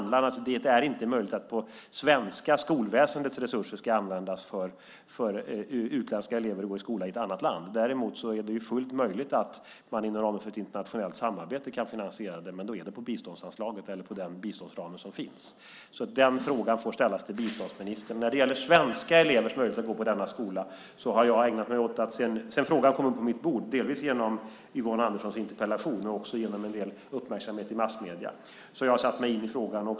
Det är inte möjligt att det svenska skolväsendets resurser ska användas för att utländska elever ska gå i skola i ett annat land. Däremot är det ju fullt möjligt att man inom ramen för ett internationellt samarbete kan finansiera det, men då går det på biståndsanslaget eller inom den biståndsram som finns. Den frågan får alltså ställas till biståndsministern. När det gäller svenska elevers möjlighet att gå på denna skola har jag ägnat mig åt att sedan frågan kom upp på mitt bord, delvis genom Yvonne Anderssons interpellation men också genom en del uppmärksamhet i massmedier, sätta mig in i frågan.